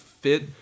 fit